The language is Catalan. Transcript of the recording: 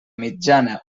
mitjana